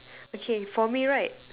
okay for me right